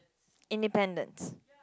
independence